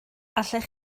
allech